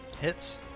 Hits